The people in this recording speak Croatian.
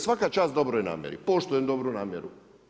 Svaka čast dobroj namjeri, poštujem dobru namjeru.